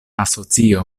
asocio